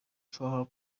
چهار